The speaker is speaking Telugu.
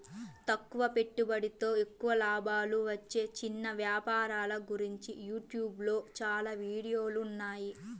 తక్కువ పెట్టుబడితో ఎక్కువ లాభాలు వచ్చే చిన్న వ్యాపారాల గురించి యూట్యూబ్ లో చాలా వీడియోలున్నాయి